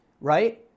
right